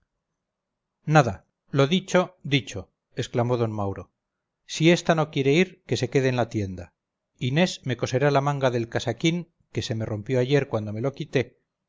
nada lo dicho dicho exclamó d mauro si esta no quiere ir que se quede en la tienda inés me coserá la manga del casaquín que se me rompió ayer cuando me lo quité